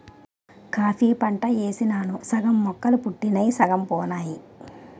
coffee పంట యేసినాను సగం మొక్కలు పుట్టినయ్ సగం పోనాయి